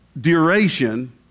duration